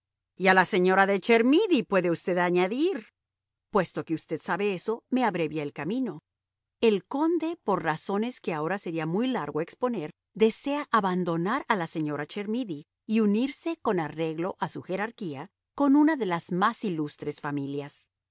a la señora de chermidy puede usted añadir puesto que usted sabe eso me abrevia el camino el conde por razones que ahora sería muy largo exponer desea abandonar a la señora de chermidy y unirse con arreglo a su jerarquía con una de las más ilustres familias